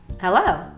Hello